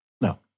No